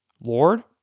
Lord